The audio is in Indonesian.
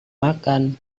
makan